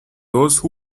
those